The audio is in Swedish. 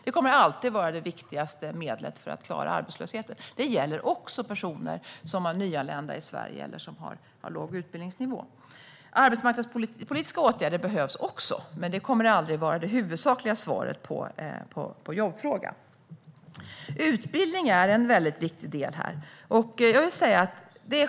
Det kommer alltid att vara det viktigaste medlet för att klara arbetslösheten, också när det gäller personer som är nyanlända i Sverige eller har låg utbildningsnivå. Arbetsmarknadspolitiska åtgärder behövs också, men det kommer aldrig att vara det huvudsakliga svaret på jobbfrågan. Utbildning är en viktig del här.